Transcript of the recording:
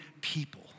people